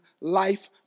life